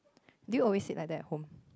do you always sit like that at home